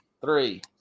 Three